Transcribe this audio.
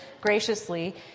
graciously